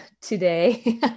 today